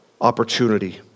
opportunity